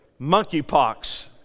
monkeypox